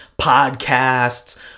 podcasts